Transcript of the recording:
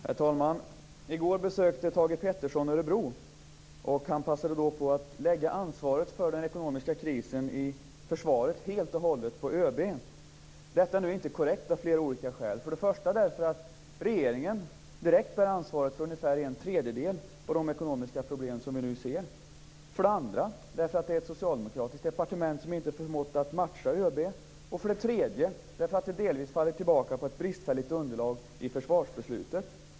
Herr talman! I går besökte Thage G Peterson Örebro. Han passade då på att lägga ansvaret för den ekonomiska krisen inom försvaret helt och hållet på ÖB. Detta är av flera olika skäl inte korrekt. Skälen är för det första att regeringen direkt bär ansvaret för ungefär en tredjedel av de ekonomiska problem som vi nu ser, för det andra att ett socialdemokratiskt departement inte förmått matcha ÖB och för det tredje att det hela delvis faller tillbaka på ett bristfälligt underlag i fråga om försvarsbeslutet.